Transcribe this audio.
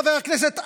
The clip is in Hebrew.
חבר הכנסת אייכלר,